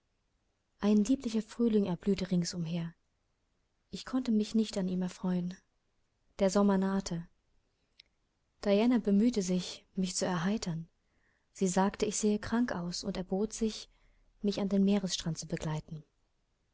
ein lieblicher frühling erblühte ringsumher ich konnte mich nicht an ihm erfreuen der sommer nahte diana bemühte sich mich zu erheitern sie sagte ich sähe krank aus und erbot sich mich an den meeresstrand zu begleiten